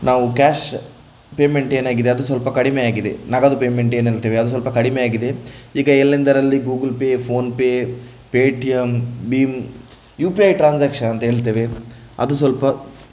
ನಾವು cash payment ಏನಾಗಿದೆ ಅದು ಸ್ವಲ್ಪ ಕಡಿಮೆಯಾಗಿದೆ ನಗದು ಪೇಮೆಂಟ್ ಏನು ಹೇಳ್ತೇವೆ ಅದು ಸ್ವಲ್ಪ ಕಡಿಮೆಯಾಗಿದೆ ಈಗ ಎಲ್ಲೆಂದರಲ್ಲಿ ಗೂಗಲ್ ಪೇ ಫೋನ್ಪೇ ಪೇಟಿಎಂ ಭೀಮ್ ಯು ಪಿ ಐ ಟ್ರಾನ್ಸಾಕ್ಷನ್ ಅಂತ ಹೇಳ್ತೇವೆ ಅದು ಸ್ವಲ್ಪ